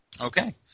Okay